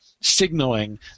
signaling